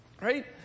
right